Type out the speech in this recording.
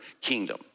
kingdom